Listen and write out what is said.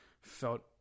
felt